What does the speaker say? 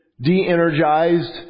de-energized